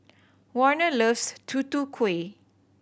Warner loves Tutu Kueh